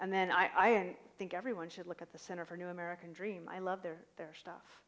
and then i think everyone should look at the center for new american dream i love their their